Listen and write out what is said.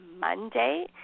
Monday